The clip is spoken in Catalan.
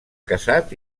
casat